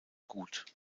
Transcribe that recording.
gut